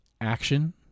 Action